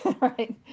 right